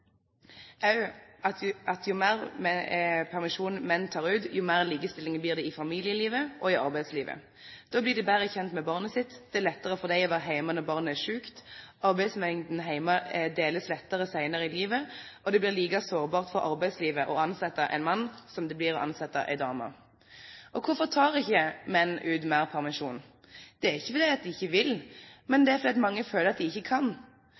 også at jo mer permisjon menn tar ut, jo mer likestilling blir det i familielivet og i arbeidslivet. Da blir de bedre kjent med barnet sitt, det er lettere for dem å være hjemme når barnet er sykt, arbeidsmengden hjemme deles lettere senere i livet, og det blir like sårbart for arbeidslivet å ansette en mann som en dame. Og hvorfor tar ikke menn ut mer permisjon? Det er ikke fordi de ikke vil, men det er fordi mange føler at de ikke kan,